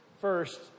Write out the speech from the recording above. First